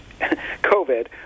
COVID